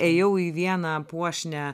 ėjau į vieną puošnią